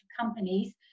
companies